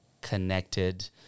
connected